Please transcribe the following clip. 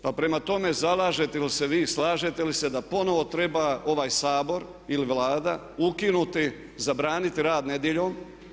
Pa prema tome zalažete li se ti, slažete li se da ponovo treba ovaj Sabor ili Vlada ukinuti, zabraniti rad nedjeljom?